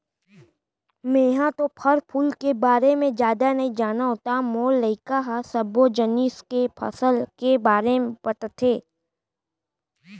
मेंहा तो फर फूल के बारे म जादा नइ जानव त मोर लइका ह सब्बो जिनिस के फसल के बारे बताथे